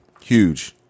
huge